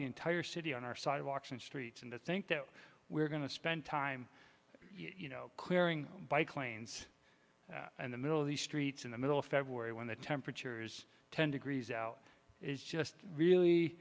the entire city on our sidewalks and streets and to think that we're going to spend time you know clearing bike lanes and the middle of the streets in the middle of february when the temperatures ten degrees out it's just really